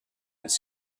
its